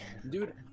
dude